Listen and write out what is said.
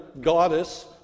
goddess